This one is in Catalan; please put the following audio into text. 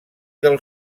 del